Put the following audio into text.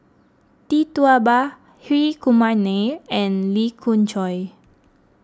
Tee Tua Ba Hri Kumar Nair and Lee Khoon Choy